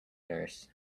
nurse